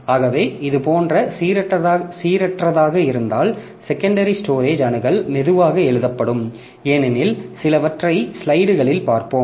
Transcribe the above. ஆகவே இது போன்ற சீரற்றதாக இருந்தால் செகண்டரி ஸ்டோரேஜ் அணுகல் மெதுவாக எழுதப்படும் ஏனெனில் சிலவற்றைப் ஸ்லைடுகளில் பார்ப்போம்